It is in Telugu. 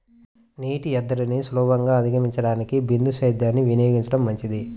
నీటి ఎద్దడిని సులభంగా అధిగమించడానికి బిందు సేద్యాన్ని వినియోగించడం మంచిది